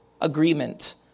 agreement